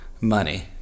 money